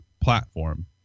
platform